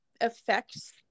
affects